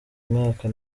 mwaka